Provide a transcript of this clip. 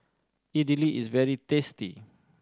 idili is very tasty